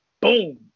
boom